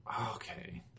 Okay